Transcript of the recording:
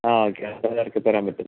ആ ഓക്കെ അപ്പോൾ അത് എറക്കിത്തരാൻ പറ്റും